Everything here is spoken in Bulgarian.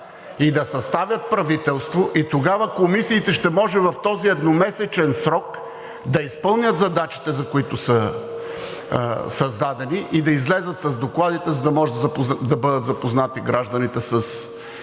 и да съставят правителство, тогава комисиите ще може в този едномесечен срок да изпълнят задачите, за които са създадени, и да излязат с докладите, за да може да бъдат запознати гражданите с